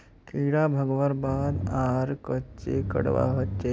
कीड़ा भगवार बाद आर कोहचे करवा होचए?